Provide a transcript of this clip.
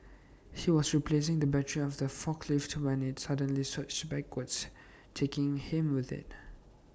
he was replacing the battery of the forklift when IT suddenly surged backwards taking him with IT